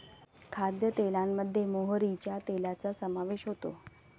खाद्यतेलामध्ये मोहरीच्या तेलाचा समावेश होतो